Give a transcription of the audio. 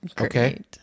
Okay